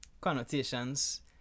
connotations